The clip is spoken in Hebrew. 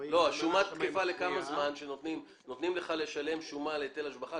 השומה כשנותנים לך לשלם שומה על היטל השבחה?